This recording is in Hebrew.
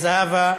זהבה,